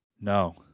No